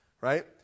right